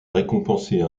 récompenser